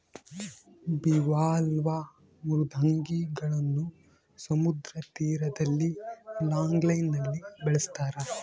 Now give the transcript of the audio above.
bivalve ಮೃದ್ವಂಗಿಗಳನ್ನು ಸಮುದ್ರ ತೀರದಲ್ಲಿ ಲಾಂಗ್ ಲೈನ್ ನಲ್ಲಿ ಬೆಳಸ್ತರ